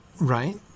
Right